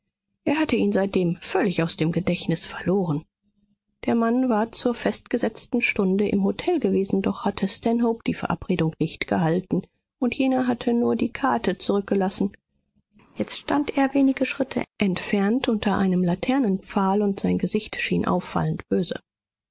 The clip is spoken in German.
er hatte ihn seitdem völlig aus dem gedächtnis verloren der mann war zur festgesetzten stunde im hotel gewesen doch hatte stanhope die verabredung nicht gehalten und jener hatte nur die karte zurückgelassen jetzt stand er wenige schritte entfernt unter einem laternenpfahl und sein gesicht schien auffallend böse